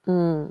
mm